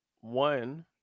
One